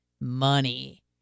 money